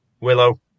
Willow